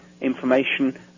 information